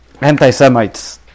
anti-Semites